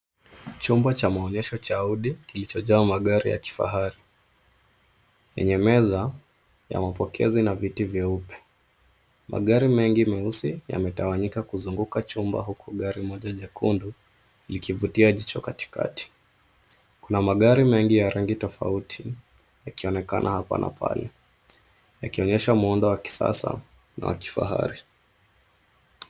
Chumba cha maonyesho cha Audi kilichojaa magari ya kifahari yenye meza ya mapokezi na viti vieupe. Magari mengi meusi yametawanyika kuzunguka chumba ambako huku gari moja jekundu likivutia jicho katikati. Kuna magari mengi ya rangi tofauti yakionekana hapa na pale yakionyesha muundo wa kisasa na kifahari.